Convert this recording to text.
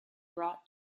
brought